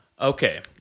Okay